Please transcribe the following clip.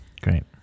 Great